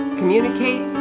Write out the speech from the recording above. communicate